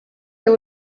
they